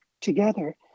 together